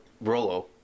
Rolo